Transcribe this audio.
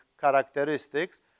characteristics